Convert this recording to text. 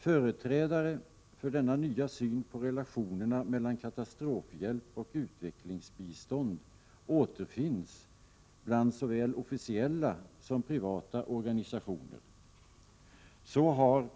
Företrädare för denna nya syn på relationerna mellan katastrofhjälp och utvecklingsbistånd återfinns bland såväl officiella som privata organisationer.